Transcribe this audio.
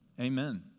Amen